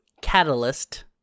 Catalyst